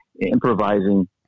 improvising